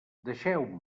deixeu